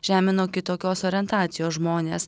žemino kitokios orientacijos žmones